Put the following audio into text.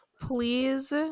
Please